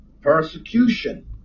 persecution